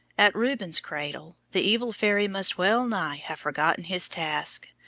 at rubens' cradle the evil fairy must well nigh have forgotten his task,